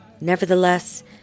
Nevertheless